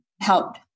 helped